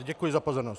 Děkuji za pozornost.